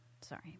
Sorry